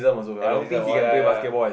oh ya ya ya